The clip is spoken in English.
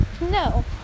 No